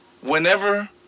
whenever